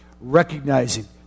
recognizing